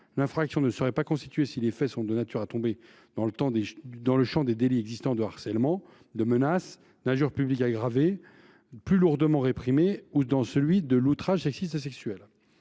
l’infraction ne serait pas constituée si les faits sont de nature à tomber dans le champ des délits existants de harcèlement, de menace ou d’injure publique aggravée, plus lourdement réprimés, ou dans celui de l’outrage sexiste ou sexuel.